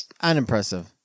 Unimpressive